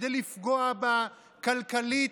כדי לפגוע בה כלכלית,